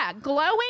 glowing